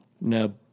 No